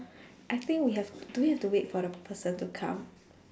I think we have t~ do we have to wait for the person to come